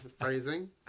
Phrasing